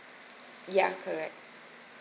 ya correct